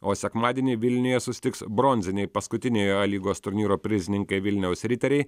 o sekmadienį vilniuje susitiks bronziniai paskutiniai a lygos turnyro prizininkai vilniaus riteriai